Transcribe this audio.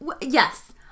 Yes